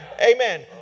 Amen